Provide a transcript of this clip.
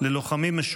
15 בעד,